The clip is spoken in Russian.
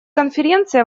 конференции